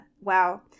wow